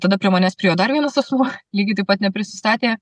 tada prie manęs priėjo dar vienas asmuo lygiai taip pat neprisistatė